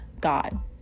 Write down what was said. God